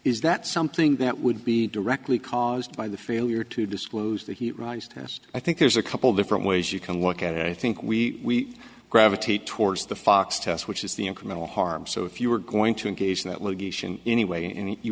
is that something that would be directly caused by the failure to disclose that he writes test i think there's a couple different ways you can look at it i think we gravitate towards the fox test which is the incremental harm so if you were going to engage in that litigation anyway and you